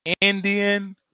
Indian